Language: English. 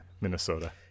minnesota